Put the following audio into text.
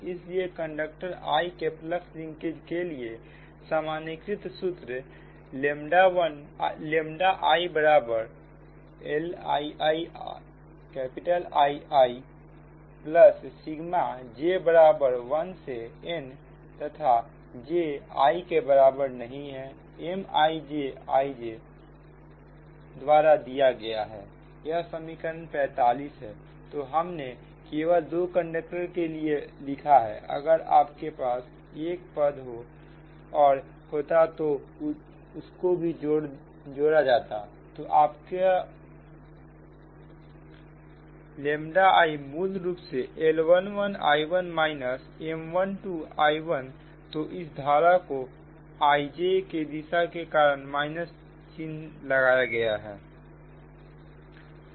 इसलिए conductor I के flux linkage के लिए सामान्यीकृत सूत्र i बराबर LiiIiप्लस सिगमा j1से n तथा j i के बराबर नहीं है MijIj द्वारा दिया गया है यह समीकरण 45 है तो हमने केवल दो कंडक्टर के लिए लिखा है अगर आपके पास एक पद और होता तो उसको भी जोड़ा जाता तो आपका i मूल रूप सेL11I1 माइनस M12I1तो इस धारा Ijके दिशा के कारण माइनस चिन्ह आएगा